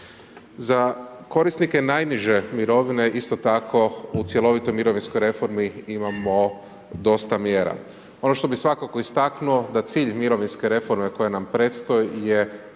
Za korisnike najniže mirovine isto tako u cjelovitoj mirovinskoj reformi imamo dosta mjera. Ono što bih svakako istaknuo da cilj mirovinske reforme koja nam predstoji je